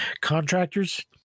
contractors